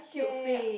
okay